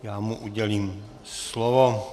Já mu udělím slovo.